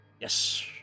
Yes